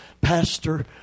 Pastor